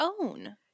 own